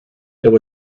there